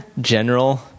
General